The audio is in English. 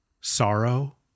sorrow